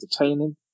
entertaining